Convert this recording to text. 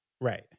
Right